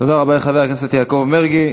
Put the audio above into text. תודה רבה לחבר הכנסת יעקב מרגי.